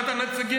זה לא אתה.